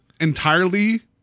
entirely